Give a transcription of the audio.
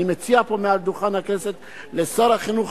אני מציע פה מעל דוכן הכנסת לשר החינוך,